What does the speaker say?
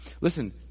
Listen